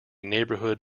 neighborhood